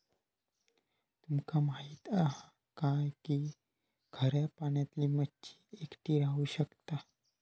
तुमका माहित हा काय की खाऱ्या पाण्यातली मच्छी एकटी राहू शकता